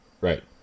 Right